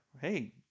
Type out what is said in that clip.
hey